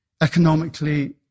economically